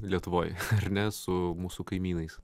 lietuvoje ar ne su mūsų kaimynais